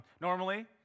Normally